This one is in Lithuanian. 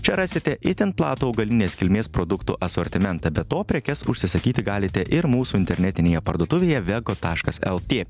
čia rasite itin platų augalinės kilmės produktų asortimentą be to prekes užsisakyti galite ir mūsų internetinėje parduotuvėje vego taškas lt